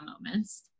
moments